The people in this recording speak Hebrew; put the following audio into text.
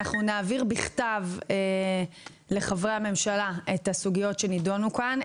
אנחנו נעביר בכתב לחברי הממשלה את הסוגיות שנידונו כאן.